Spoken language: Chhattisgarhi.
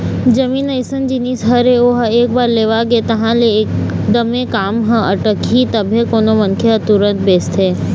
जमीन अइसन जिनिस हरे ओहा एक बार लेवा गे तहाँ ले एकदमे काम ह अटकही तभे कोनो मनखे ह तुरते बेचथे